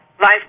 life